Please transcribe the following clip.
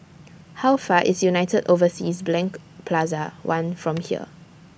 How Far away IS United Overseas Bank Plaza one from here